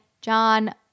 John